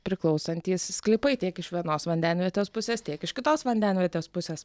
priklausantys sklypai tiek iš vienos vandenvietės pusės tiek iš kitos vandenvietės pusės